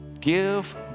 Give